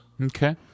Okay